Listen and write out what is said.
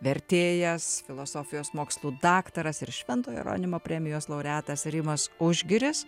vertėjas filosofijos mokslų daktaras ir švento jeronimo premijos laureatas rimas užgiris